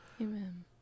Amen